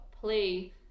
play